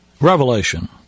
revelation